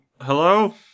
Hello